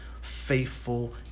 faithful